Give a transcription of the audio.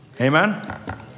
Amen